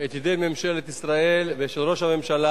את ידי ממשלת ישראל וידי ראש הממשלה